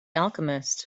alchemist